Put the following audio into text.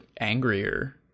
angrier